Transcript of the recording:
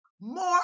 more